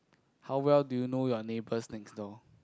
how well do you know your neighbours next door